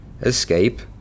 escape